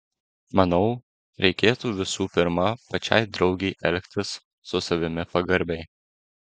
manau reikėtų visų pirma pačiai draugei elgtis su savimi pagarbiai